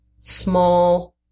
small